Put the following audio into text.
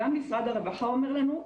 גם משרד הרווחה אומר לנו.